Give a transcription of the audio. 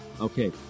Okay